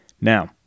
Now